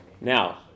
Now